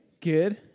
Good